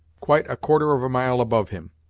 quite a quarter of a mile above him,